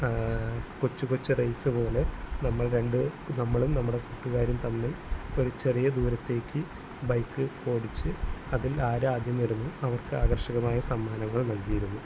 കൊച്ച് കൊച്ച് റെയ്സ് പോലെ നമ്മൾ രണ്ട് നമ്മളും നമ്മടെ കൂട്ടുകാരും തമ്മിൽ ഒരു ചെറിയ ദൂരത്തേക്ക് ബൈക്ക് ഓടിച്ച് അതിൽ ആരാദ്യം വരുന്നു അവർക്കാകർഷകമായ സമ്മാനങ്ങൾ നൽകിയിരുന്നു